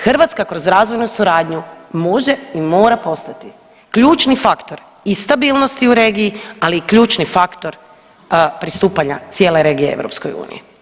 Hrvatska kroz razvojnu suradnju može i mora postati ključni faktor i stabilnosti u regiji, ali i ključni faktor pristupanja cijele regije EU.